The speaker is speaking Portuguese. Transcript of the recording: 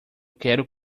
quero